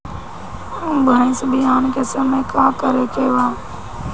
भैंस ब्यान के समय का करेके बा?